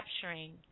capturing